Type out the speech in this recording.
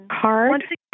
card